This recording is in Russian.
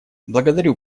благодарю